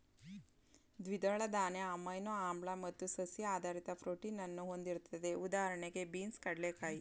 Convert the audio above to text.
ದ್ವಿದಳ ಧಾನ್ಯ ಅಮೈನೋ ಆಮ್ಲ ಮತ್ತು ಸಸ್ಯ ಆಧಾರಿತ ಪ್ರೋಟೀನನ್ನು ಹೊಂದಿರ್ತದೆ ಉದಾಹಣೆಗೆ ಬೀನ್ಸ್ ಕಡ್ಲೆಕಾಯಿ